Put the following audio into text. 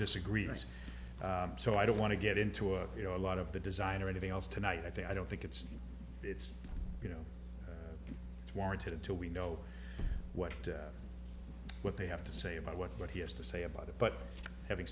disagree or say so i don't want to get into a you know a lot of the design or anything else tonight i think i don't think it's it's you know it's warranted until we know what what they have to say about what he has to say about it but having